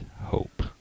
hope